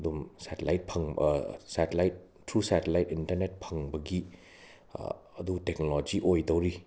ꯑꯗꯨꯝ ꯁꯦꯇꯤꯂꯥꯏꯠ ꯐꯪ satellite through satellite internet ꯐꯪꯕꯒꯤ ꯑꯗꯨ ꯇꯦꯛꯅꯣꯂꯣꯖꯤ ꯑꯣꯏꯗꯧꯔꯤ